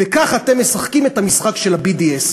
וכך אתם משחקים את המשחק של ה-BDS.